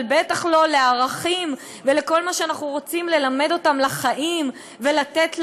אבל בטח לא לערכים ולכל מה שאנחנו רוצים ללמד אותם לחיים ולתת להם,